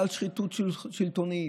על שחיתות שלטונית,